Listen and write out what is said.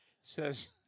Says